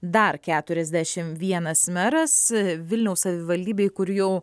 dar keturiasdešimt vienas meras vilniaus savivaldybėj kur jau